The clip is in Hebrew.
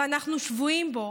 ואנחנו שבויים בו.